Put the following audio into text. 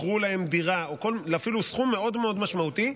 מכרו להם דירה או אפילו סכום מאוד מאוד משמעותי,